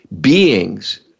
beings